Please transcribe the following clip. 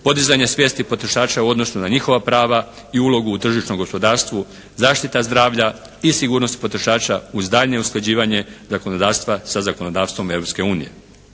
podizanje svijesti potrošača u odnosu na njihova prava i ulogu u tržišnom gospodarstvu, zaštita zdravlja i sigurnosti potrošača uz daljnje usklađivanje zakonodavstva sa zakonodavstvom